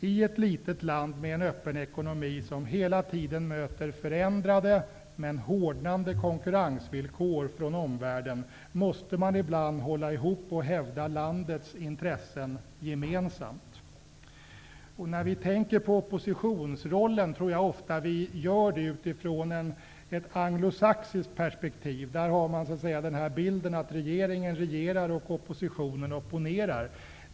I ett litet land med en öppen ekonomi, som hela tiden möter förändrade men hårdnande konkurrensvillkor från omvärlden måste man ibland hålla ihop och hävda landets intressen gemensamt. Jag tror att vi ofta tänker på oppositionsrollen i ett anglosaxiskt perspektiv, där man har bilden att regeringen regerar och oppositionen opponerar.